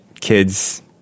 kids